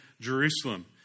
Jerusalem